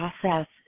process